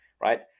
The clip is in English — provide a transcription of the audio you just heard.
right